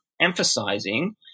emphasizing